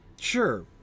sure